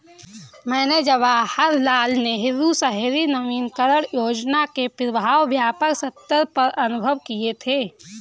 मैंने जवाहरलाल नेहरू शहरी नवीनकरण योजना के प्रभाव व्यापक सत्तर पर अनुभव किये थे